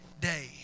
day